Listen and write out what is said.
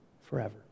forever